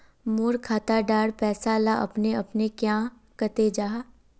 मोर खाता डार पैसा ला अपने अपने क्याँ कते जहा?